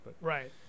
right